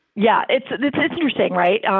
yeah, it's it's it's interesting, right?